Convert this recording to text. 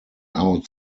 out